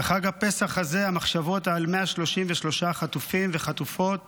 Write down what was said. בחג הפסח הזה המחשבות על 133 חטופים וחטופות